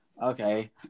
Okay